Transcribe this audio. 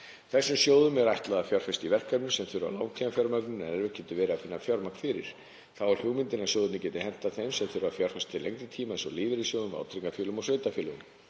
Þessum sjóðum er ætlað að fjárfesta í verkefnum sem þurfa langtímafjármögnun en erfitt getur verið að finna fjármagn fyrir. Þá er hugmyndin að sjóðirnir geti hentað þeim sem þurfa að fjárfesta til lengri tíma eins og lífeyrissjóðum, vátryggingafélögum og sveitarfélögum.